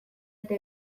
eta